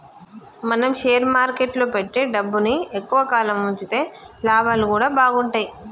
మనం షేర్ మార్కెట్టులో పెట్టే డబ్బుని ఎక్కువ కాలం వుంచితే లాభాలు గూడా బాగుంటయ్